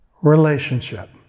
relationship